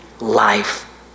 life